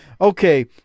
Okay